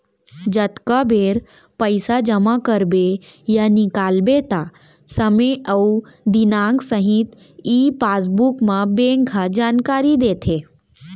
जतका बेर पइसा जमा करबे या निकालबे त समे अउ दिनांक सहित ई पासबुक म बेंक ह जानकारी देथे